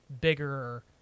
bigger